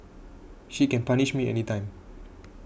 she can punish me anytime